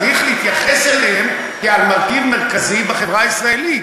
צריך להתייחס אליהם כאל מרכיב מרכזי בחברה הישראלית.